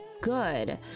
good